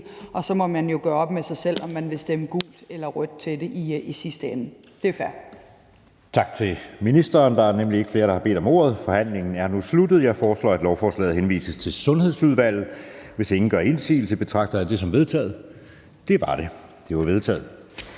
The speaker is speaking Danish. og så må man jo gøre op med sig selv, om man vil stemme gult eller rødt til det i sidste ende; det er fair.